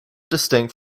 distinct